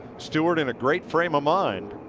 stewart in a great frame of mind.